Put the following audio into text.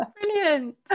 Brilliant